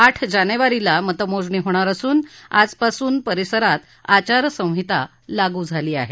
आठ जानेवारीला मतमोजणी होणार असून आजपासून परिसरात आचारसंहिता लागू झाली आहे